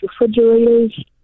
refrigerators